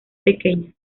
pequeñas